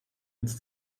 ins